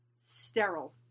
sterile